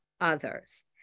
others